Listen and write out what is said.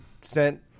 sent